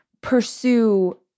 pursue